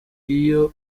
iyo